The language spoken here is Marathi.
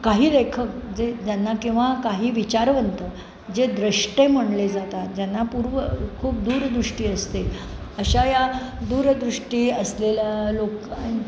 काही लेखक जे ज्यांना किंवा काही विचारवंत जे द्रष्टे म्हणले जातात ज्यांना पूर्व खूप दूरदृष्टी असते अशा या दूरदृष्टी असलेल्या लोकां